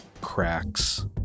cracks